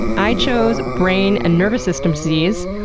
i chose brain and nervous system disease,